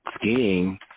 skiing